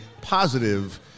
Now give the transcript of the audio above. positive